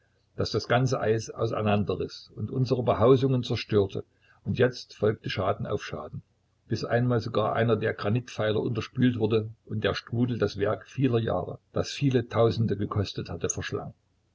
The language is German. das das ganze eis auseinanderriß und unsere behausungen zerstörte und jetzt folgte schaden auf schaden bis einmal sogar einer der granitpfeiler unterspült wurde und der strudel das werk vieler jahre das viele tausende gekostet hatte verschlang